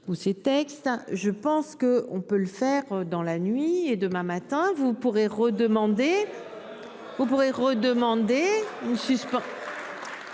où ces textes. Je pense que on peut le faire dans la nuit et demain matin vous pourrez redemande. Vous pourrez redemander